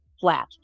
flat